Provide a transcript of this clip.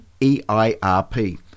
EIRP